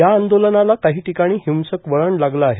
या आंदोलनाला काही ठिकाणी हिंसक वळण लागले आहे